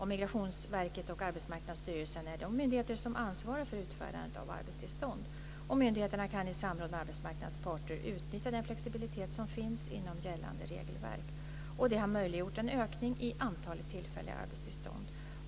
Migrationsverket och Arbetsmarknadsstyrelsen är de myndigheter som ansvarar för utfärdandet av arbetstillstånd. Myndigheterna kan i samråd med arbetsmarknadens parter utnyttja den flexibilitet som finns inom gällande regelverk. Detta har möjliggjort en ökning i antalet tillfälliga arbetstillstånd.